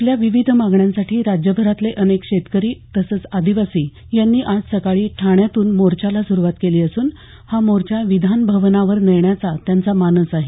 आपल्या विविध मागण्यांसाठी राज्यभरातले अनेक शेतकरी तसंच आदिवासी यांनी आज सकाळी ठाण्यातून मोर्चाला सुरुवात केली असून हा मोर्चा विधान भवनावर नेण्याचा त्यांचा मानस आहे